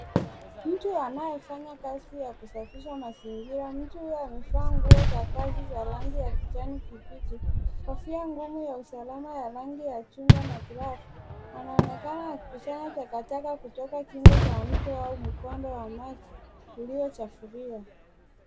Mtu anayefanya kazi ya kusafisha mazingira mtu huyo amevaa nguo za kazi za rangi ya kijani kibichi, kofia ngumu ya usalama ya rangi ya chungwa na glovu, anaonekana akikusanya takataka kutoka kingo za mto au mkondo wa maji uliochafuliwa.